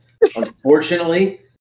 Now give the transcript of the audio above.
Unfortunately